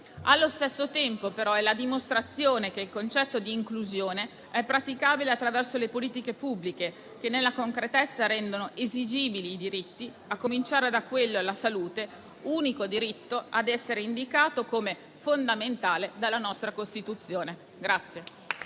Allo stesso tempo, però, è la dimostrazione che il concetto di inclusione è praticabile attraverso le politiche pubbliche, che nella concretezza rendono esigibili i diritti, a cominciare da quello alla salute, unico diritto ad essere indicato come fondamentale dalla nostra Costituzione.